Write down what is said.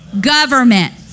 government